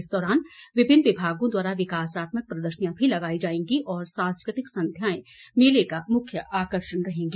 इस दौरान विभिन्न विभागों द्वारा विकासात्मक प्रदर्शियां भी लगाई जायेंगी और सांस्कृतिक संध्यायें मेले का मुख्य आकषर्ण रहेंगी